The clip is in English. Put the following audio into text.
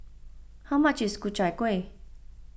how much is Ku Chai Kueh